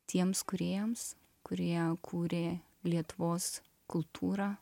tiems kūrėjams kurie kūrė lietuvos kultūrą